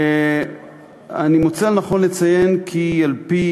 אני מוצא לנכון לציין כי על-פי